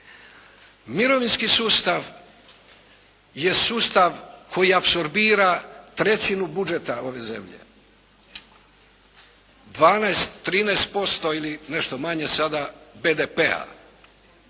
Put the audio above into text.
Mirovinski sustav je sustav koji apsorbira trećinu budžeta ove zemlje. 12, 13% ili nešto manje sada BDP-a.